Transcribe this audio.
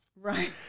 Right